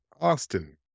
Austin